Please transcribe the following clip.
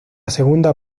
segunda